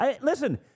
Listen